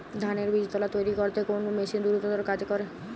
ধানের বীজতলা তৈরি করতে কোন মেশিন দ্রুততর কাজ করে?